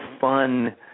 fun